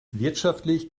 wirtschaftlich